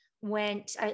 went